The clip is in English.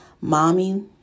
Mommy